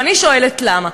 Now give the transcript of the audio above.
ואני שואלת, למה?